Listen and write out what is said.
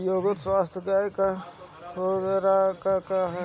एगो स्वस्थ गाय क खुराक का ह?